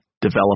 Develop